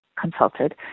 consulted